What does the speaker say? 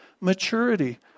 maturity